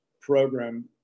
program